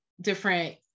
different